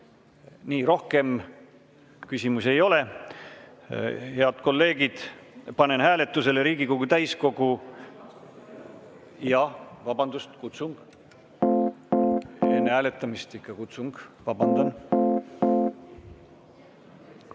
Nii, rohkem küsimusi ei ole. Head kolleegid, panen hääletusele Riigikogu täiskogu ... Jah, vabandust, kutsung. Enne hääletamist ikka kutsung,